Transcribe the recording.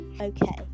okay